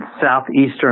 southeastern